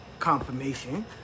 confirmation